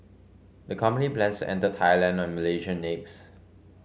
the company plans to enter Thailand and Malaysia next